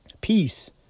Peace